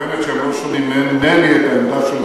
את מתכוונת שהם לא שומעים ממני את העמדה שלך.